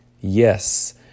Yes